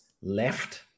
left